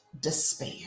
despair